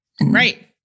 Right